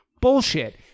Bullshit